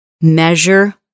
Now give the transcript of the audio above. measure